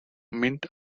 mint